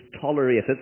tolerated